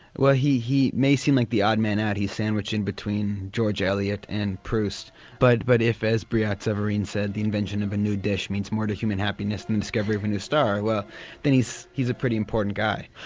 well he he may seem like the odd man out, he's sandwiched in between george eliot and proust but but if as brillat-savarin said the invention of a new dish means more to human happiness than the discovery of a new star well he's he's a pretty important guy.